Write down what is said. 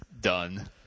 done